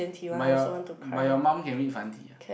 but your but your mum can read 繁体 ah